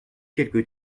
quelque